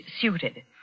suited